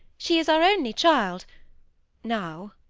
she is our only child now